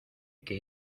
que